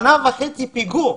שנה וחצי פיגור.